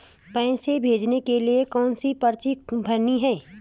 पैसे भेजने के लिए कौनसी पर्ची भरनी है?